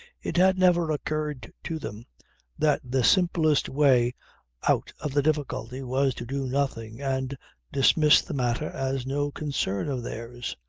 it had never occurred to them that the simplest way out of the difficulty was to do nothing and dismiss the matter as no concern of theirs.